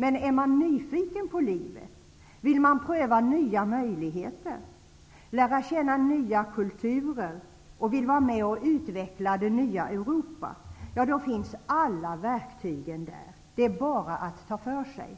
Men är man nyfiken på livet och vill pröva nya möjligheter, lära känna nya kulturer och vara med och utveckla det nya Europa -- ja, då finns alla verktygen, och det är bara att ta för sig.